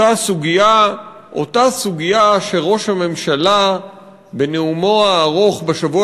אותה סוגיה שראש הממשלה בנאומו הארוך בשבוע